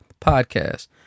podcast